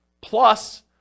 plus